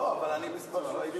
לא, אבל אני מספר אחר.